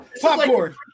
Popcorn